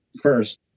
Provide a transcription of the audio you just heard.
first